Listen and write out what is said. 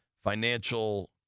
financial